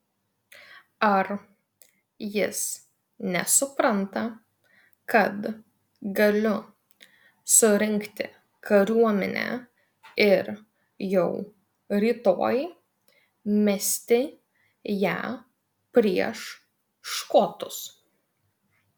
ar jis nesupranta kad galiu surinkti kariuomenę ir jau rytoj mesti ją prieš škotus